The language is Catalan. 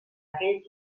aquell